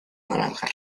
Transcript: naranja